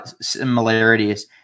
similarities